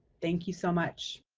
thank you so much.